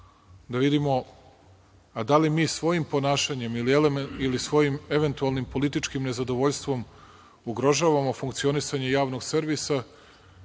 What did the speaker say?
da vidimo da li mi svojim ponašanjem ili svojim eventualnim političkim nezadovoljstvom ugrožavamo funkcionisanje Javnog servisa